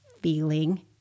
feeling